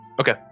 Okay